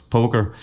Poker